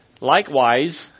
Likewise